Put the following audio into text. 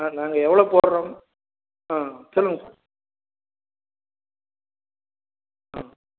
ஆ நாங்கள் எவ்வளோ போடுறோம் ஆ சொல்லுங்க சார் ஆ